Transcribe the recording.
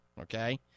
okay